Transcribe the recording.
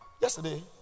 Yesterday